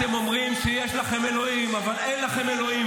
אתם אומרים שיש לכם אלוהים אבל אין לכם אלוהים,